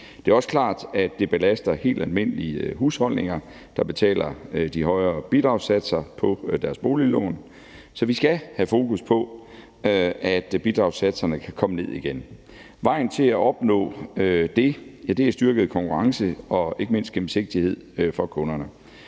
Det er også klart, at det belaster helt almindelige husholdninger, der betaler de højere bidragssatser på deres boliglån. Så vi skal have fokus på, at bidragssatserne kan komme ned igen. Vejen til at opnå det er styrket konkurrence og ikke mindst gennemsigtighed for kunderne.